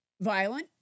violent